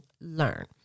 learn